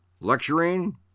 lecturing